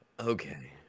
Okay